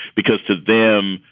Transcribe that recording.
because to them,